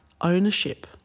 ownership